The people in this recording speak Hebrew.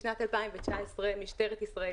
בשנת 2019 משטרת ישראל,